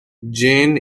jayne